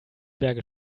berge